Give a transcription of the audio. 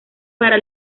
para